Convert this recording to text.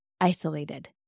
isolated